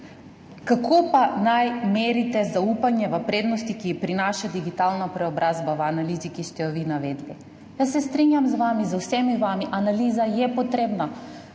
Kako pa naj merite zaupanje v prednosti, ki jih prinaša digitalna preobrazba v analizi, ki ste jo vi navedli? Jaz se strinjam z vami, z vsemi vami, analiza je potrebna.